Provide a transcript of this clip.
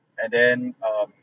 and then um